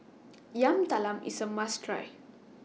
Yam Talam IS A must Try